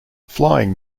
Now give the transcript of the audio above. flying